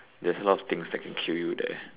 there's a lot of things that can kill you there